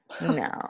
No